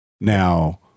Now